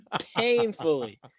Painfully